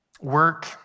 work